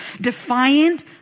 defiant